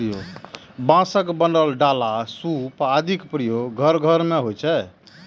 बांसक बनल डाला, सूप आदिक प्रयोग घर घर मे होइ छै